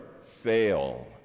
fail